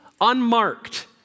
unmarked